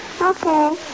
Okay